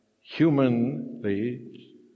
humanly